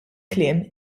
kliem